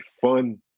fun